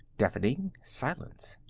deafening silence.